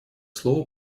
слово